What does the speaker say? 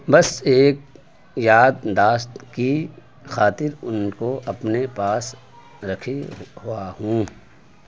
بس ایک یادداشت کی خاطر ان کو اپنے پاس رکھے ہوا ہوں